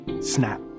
snap